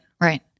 right